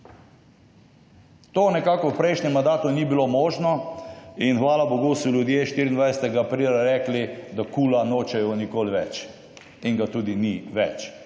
To nekako v prejšnjem mandatu ni bilo možno in hvala bogu so ljudje 24. aprila rekli, da kula nočejo nikoli več in ga tudi ni več.